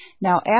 Now